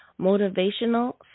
Motivational